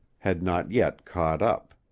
had not yet caught up.